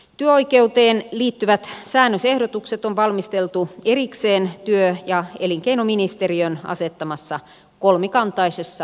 työoikeuteen liittyvät säännösehdotukset on valmisteltu erikseen työ ja elinkeinoministeriön asettamassa kolmikantaisessa työryhmässä